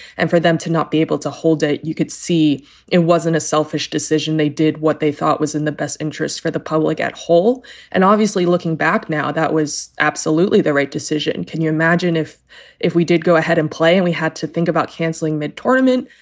and for them to not be able to hold it. you could see it wasn't a selfish decision. they did what they thought was in the best interest for the public at whole and obviously, looking back now, that was absolutely the right decision. can you imagine if if we did go ahead and play and we had to think about canceling mid tournament?